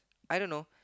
I don't know